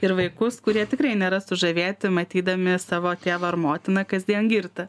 ir vaikus kurie tikrai nėra sužavėti matydami savo tėvą ar motiną kasdien girtą